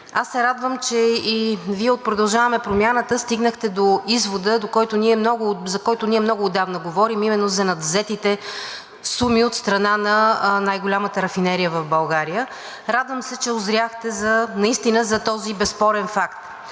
Аз се радвам, че и Вие от „Продължаваме Промяната“ стигнахте до извода, за който ние от много отдавна говорим, а именно за надвзетите суми за най-голямата рафинерия в България. Радвам се, че узряхте наистина за този безспорен факт.